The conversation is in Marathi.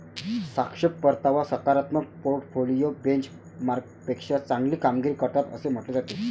सापेक्ष परतावा सकारात्मक पोर्टफोलिओ बेंचमार्कपेक्षा चांगली कामगिरी करतात असे म्हटले जाते